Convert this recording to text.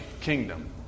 kingdom